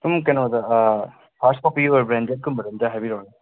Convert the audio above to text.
ꯁꯨꯝ ꯀꯩꯅꯣꯗ ꯐꯥꯔꯁ ꯀꯣꯄꯤ ꯑꯣꯔ ꯕ꯭ꯔꯥꯟꯗꯦꯠꯀꯨꯝꯕꯗ ꯑꯝꯇ ꯍꯥꯏꯕꯤꯔꯛꯎ